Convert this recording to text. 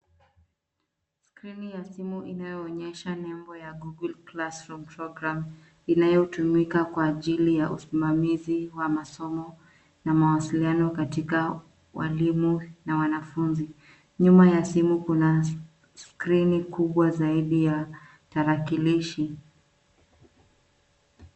Skrini ya simu inayoonyesha nembo ya Google Classroom Program inayotumika kwa ajili ya usimamizi wa masomo na mawasiliano katika walimu na wanafunzi. Nyuma ya simu kuna skrini kubwa zaidi ya tarakilishi.